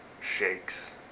shakes